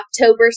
October